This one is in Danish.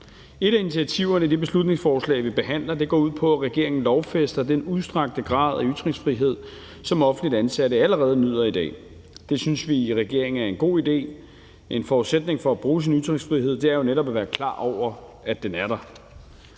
Et af initiativerne i det beslutningsforslag, vi behandler, går ud på, at regeringen lovfæster den udstrakte grad af ytringsfrihed, som offentligt ansatte allerede nyder i dag, og det synes vi i regeringen er en god idé. En forudsætning for at bruge sin ytringsfrihed er jo netop at være klar over, at den er der.